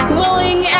willing